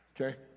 Okay